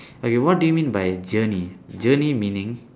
okay what do you mean by journey journey meaning